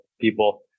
people